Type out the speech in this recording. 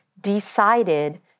decided